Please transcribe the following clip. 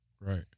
Right